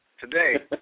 Today